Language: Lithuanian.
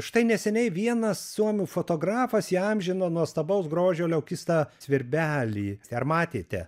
štai neseniai vienas suomių fotografas įamžino nuostabaus grožio leokistą svirbelį ar matėte